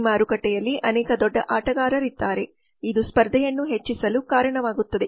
ಈ ಮಾರುಕಟ್ಟೆಯಲ್ಲಿ ಅನೇಕ ದೊಡ್ಡ ಆಟಗಾರರಿದ್ದಾರೆ ಇದು ಸ್ಪರ್ಧೆಯನ್ನು ಹೆಚ್ಚಿಸಲು ಕಾರಣವಾಗುತ್ತದೆ